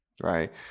right